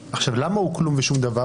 למה הוא כלום ושום דבר?